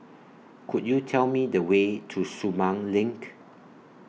Could YOU Tell Me The Way to Sumang LINK